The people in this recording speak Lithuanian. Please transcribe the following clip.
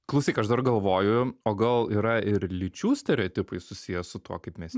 klausyk aš dar galvoju o gal yra ir lyčių stereotipai susiję su tuo kaip mes